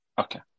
Okay